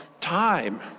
time